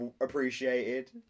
Appreciated